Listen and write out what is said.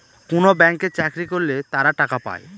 কোনো ব্যাঙ্কে চাকরি করলে তারা টাকা পায়